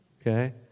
okay